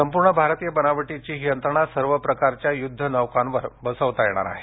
संपूर्णतः भारतीय बनावटीची ही यंत्रणा सर्व प्रकारच्या युद्ध नौकांवर बसवता येणार आहे